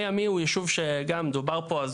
מי עמי הוא יישוב שגם דובר פה אז,